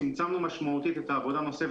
צמצמנו משמעותית את העבודה הנוספת.